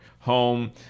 home